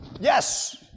Yes